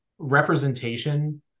representation